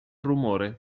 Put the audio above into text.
rumore